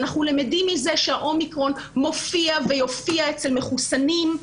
אנחנו למדים מכך שה-אומיקרון מופיע ויופיע אצל מחוסנים.